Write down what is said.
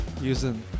Using